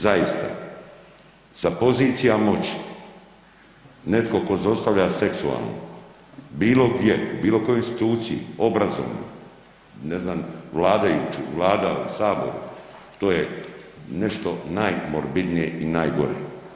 Zaista, sa pozicija moći netko tko zlostavlja seksualno bilo gdje, bilo u kojoj instituciji, obrazovnoj, ne znam, vladajućoj, vlada, u saboru, to je nešto najmorbidnije i najgore.